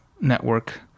network